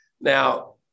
Now